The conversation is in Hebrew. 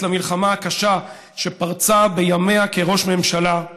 למלחמה הקשה שפרצה בימיה כראש ממשלה,